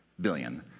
billion